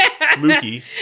Mookie